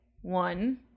one